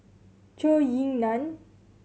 Zhou Ying Nan